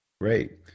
Great